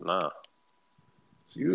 Nah